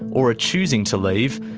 or are choosing to leave,